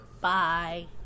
Bye